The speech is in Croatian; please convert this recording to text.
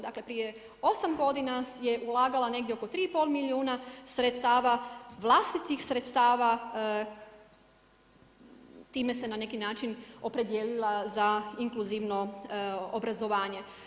Dakle, prije 8 godina je ulagala negdje oko 3 i pol milijuna sredstava, vlastitih sredstava, time se na neki način opredijelila za inkluzivno obrazovanje.